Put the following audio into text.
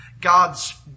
God's